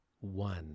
one